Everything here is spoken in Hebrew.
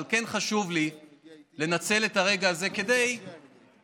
אבל כן חשוב לי לנצל את הרגע הזה כדי לתקן,